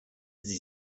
sie